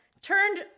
turned